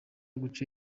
guca